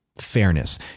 fairness